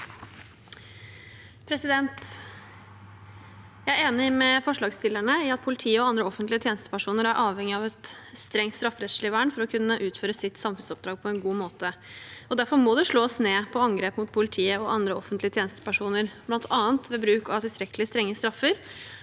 Jeg er enig med forslagsstillerne i at politiet og andre offentlige tjenestepersoner er avhengig av et sterkt strafferettslig vern for å kunne utføre sitt samfunnsoppdrag på en god måte. Derfor må det slås ned på angrep mot politiet og andre offentlige tjenestepersoner – bl.a. ved bruk av tilstrekkelig strenge straffer